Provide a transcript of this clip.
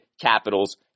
Capitals